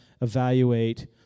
evaluate